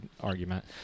argument